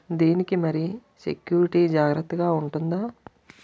దీని కి మరి సెక్యూరిటీ జాగ్రత్తగా ఉంటుందా?